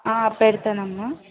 పెడతానమ్మ